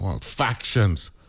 factions